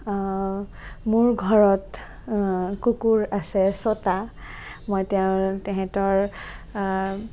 মোৰ ঘৰত কুকুৰ আছে ছটা মই সিহঁতৰ